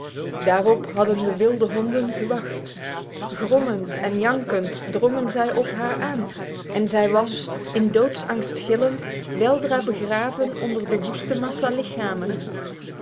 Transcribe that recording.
daarop hadden de wilde honden gewacht grommend en jankend drongen zij op haar aan en zij was in doodsangst gillend weldra begraven onder de woeste massa lichamen